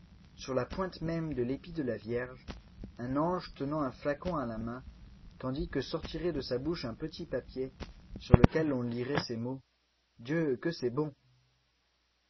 sur la pointe même de l'épi de la vierge un ange tenant un flacon à la main tandis que sortirait de sa bouche un petit papier sur lequel on lirait ces mots dieu que c'est bon